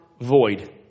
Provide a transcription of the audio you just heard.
void